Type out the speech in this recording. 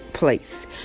Place